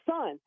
son